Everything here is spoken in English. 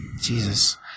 Jesus